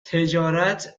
تجارت